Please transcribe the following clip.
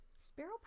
Sparrow